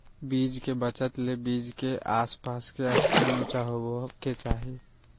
बीज के बचत ले बीज रखे के आस पास के स्थान ऊंचा होबे के चाही